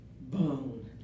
Bone